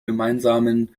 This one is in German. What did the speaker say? gemeinsamen